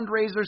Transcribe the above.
fundraisers